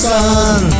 Sun